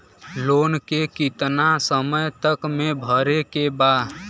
Loan के कितना समय तक मे भरे के बा?